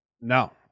No